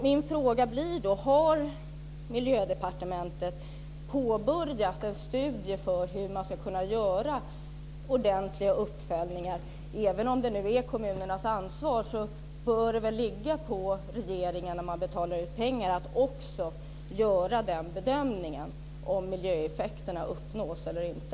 Min fråga blir då: Har Miljödepartementet påbörjat någon studie av hur man ska kunna göra ordentliga uppföljningar? Även om det nu är kommunernas ansvar borde det väl ligga på regeringen, när man betalar ut pengar, att också göra bedömningen av om miljöeffekterna uppnås eller inte.